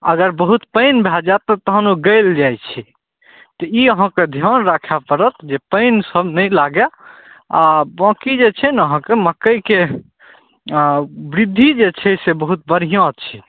अगर बहुत पानि भए जायत तऽ तहन ओ गलि जाइ छै तऽ ई अहाँके ध्यान राखय पड़त जे पानि सब नहि लागय आओर बाँकी जे छै ने अहाँके मकइके वृद्धि जे छै से बहुत बढ़िआँं छै